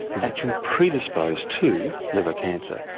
that can predispose to liver cancer.